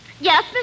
Yes